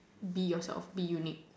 be yourself be unique